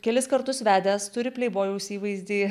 kelis kartus vedęs turi pleibojaus įvaizdį